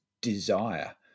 desire